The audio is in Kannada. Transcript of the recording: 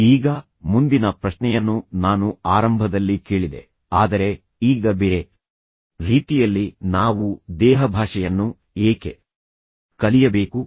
ಈಗ ಮುಂದಿನ ಪ್ರಶ್ನೆಯನ್ನು ನಾನು ಆರಂಭದಲ್ಲಿ ಕೇಳಿದೆ ಆದರೆ ಈಗ ಬೇರೆ ರೀತಿಯಲ್ಲಿ ನಾವು ದೇಹಭಾಷೆಯನ್ನು ಏಕೆ ಕಲಿಯಬೇಕು